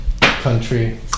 country